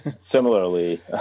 similarly